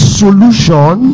solution